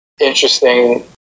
interesting